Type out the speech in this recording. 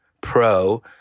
Pro